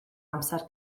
amser